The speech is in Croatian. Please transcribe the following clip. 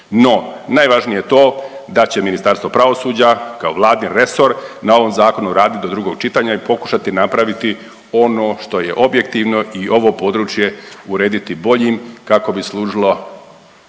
no najvažnije je to da će Ministarstvo pravosuđa kao vladin resor na ovom zakonu raditi do drugog čitanja i pokušati napraviti ono što je objektivno i ovo područje urediti boljim kako bi služilo